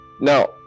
Now